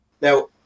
Now